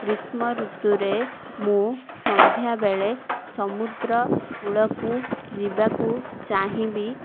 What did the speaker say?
ଗ୍ରୀଷ୍ମଋତୁରେ ମୁଁ ସନ୍ଧ୍ୟାବେଳେ ସମୁଦ୍ରକୂଳକୁ ଯିବାକୁ ଚାହିଁବି